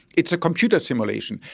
it's a computer simulation,